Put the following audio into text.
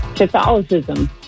Catholicism